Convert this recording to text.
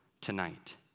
tonight